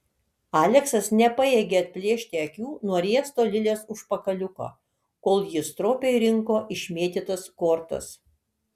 aleksas nepajėgė atplėšti akių nuo riesto lilės užpakaliuko kol ji stropiai rinko išmėtytas kortas